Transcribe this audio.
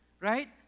right